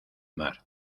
mar